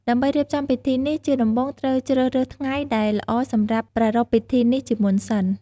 ដើម្បីរៀបចំពិធីនេះ ជាដំបូងត្រូវជ្រើសរើសថ្ងៃដែលល្អសម្រាប់ប្រារព្វពិធីនេះជាមុនសិន។